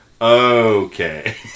okay